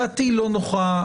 דעתי לא נוחה,